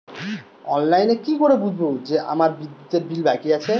অনলাইনে কি করে বুঝবো যে আমার বিদ্যুতের বিল বাকি আছে?